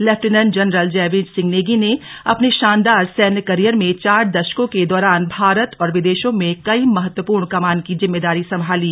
lieutenant general Jaiveer Singh Negi ने अपने शानदार सैन्य करियर में चार दशकों के दौरान भारत और विदेशों में कई महत्वपूर्ण कमान की जिम्मेदारी संभाली